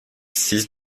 six